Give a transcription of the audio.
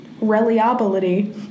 Reliability